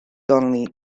only